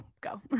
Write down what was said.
go